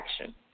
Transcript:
action